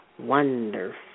wonderful